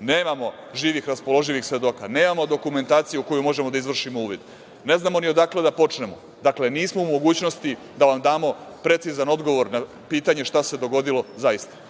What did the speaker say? nemamo živih raspoloživih svedoka, nemamo dokumentaciju u koju možemo da izvršimo uvid, ne znamo ni odakle da počnemo, dakle, nismo u mogućnosti da vam damo precizan odgovor na pitanje šta se dogodilo zaista.U